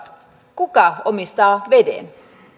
kuka omistaa veden